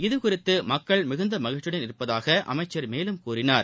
இதுகுறித்து மக்கள் மிகுந்த மகிழ்ச்சியுடன் இருப்பதாக அமைச்சர் மேலும் கூறினார்